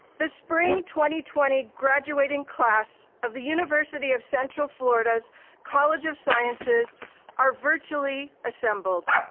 the spring twenty twenty graduating class of the university of central florida's college of sciences are virtually assembled.